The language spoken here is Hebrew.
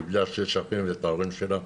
איבדה שישה אחים ואת ההורים שלה,